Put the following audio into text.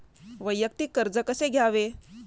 वैयक्तिक कर्ज कसे घ्यावे?